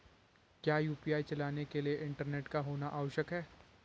क्या यु.पी.आई चलाने के लिए इंटरनेट का होना आवश्यक है?